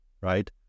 right